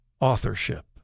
authorship